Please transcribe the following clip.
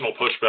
pushback